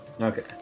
Okay